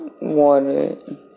water